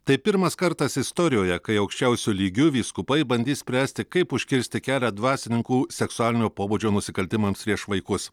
tai pirmas kartas istorijoje kai aukščiausiu lygiu vyskupai bandys spręsti kaip užkirsti kelią dvasininkų seksualinio pobūdžio nusikaltimams prieš vaikus